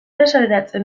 azaleratzen